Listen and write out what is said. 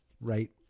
Right